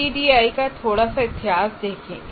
ADDI का थोड़ा सा इतिहास देखें